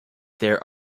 there